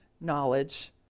knowledge